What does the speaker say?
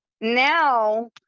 Now